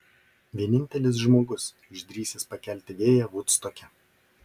vienintelis žmogus išdrįsęs pakelti vėją vudstoke